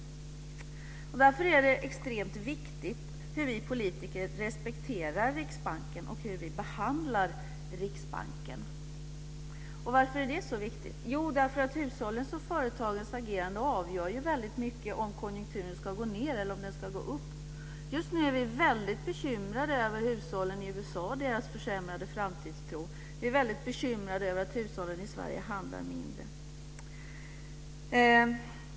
Därför är det extremt viktigt att vi politiker respekterar Riksbanken och hur vi behandlar Riksbanken. Varför är det så viktigt? Jo, därför att hushållens och företagens agerande väldigt mycket avgör om konjunkturen ska gå ned eller om den ska gå upp. Just nu är vi väldigt bekymrade över hushållen i USA och deras försämrade framtidstro. Vi är väldigt bekymrade över att hushållen i Sverige handlar mindre.